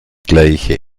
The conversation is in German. gleiche